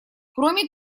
кроме